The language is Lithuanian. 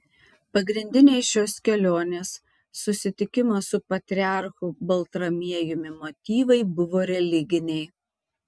pagrindiniai šios kelionės susitikimo su patriarchu baltramiejumi motyvai buvo religiniai